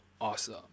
awesome